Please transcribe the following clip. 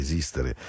Esistere